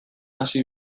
hasi